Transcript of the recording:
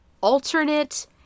alternate